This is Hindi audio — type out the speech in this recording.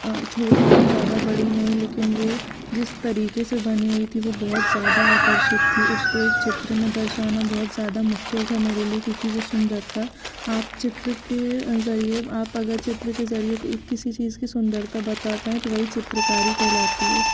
छोटी थी ज़्यादा बड़ी नहीं लेकिन वो जिस तरीके से बनी हुई थी वो बहुत ज़्यादा आकर्षित थी उसको एक चित्र में दर्शाना बहुत ज़्यादा मुश्किल था मेरे लिए क्योंकि वो सुंदर था आप चित्र के जरिए आप अगर चित्र के जरिए किसी चीज के सुंदरता बता पाए तो वही चित्रकारी कहलाती है